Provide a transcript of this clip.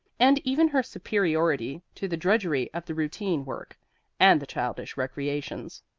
and even her superiority to the drudgery of the routine work and the childish recreations.